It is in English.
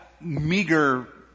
meager